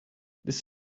this